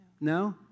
No